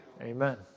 Amen